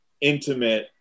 intimate